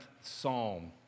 Psalm